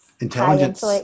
intelligence